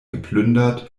geplündert